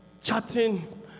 chatting